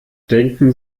denken